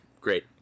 Great